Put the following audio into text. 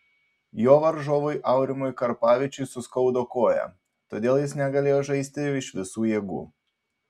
jo varžovui aurimui karpavičiui suskaudo koją todėl jis negalėjo žaisti iš visų jėgų